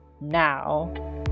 now